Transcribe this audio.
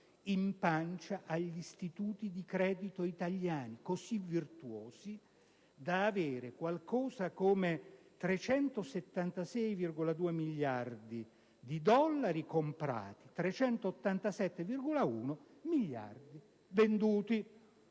in pancia agli istituti di credito italiani, così virtuosi da avere qualcosa come 376,2 miliardi di dollari comprati e 387,1 miliardi di